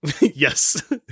Yes